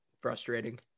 frustrating